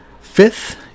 Fifth